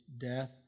death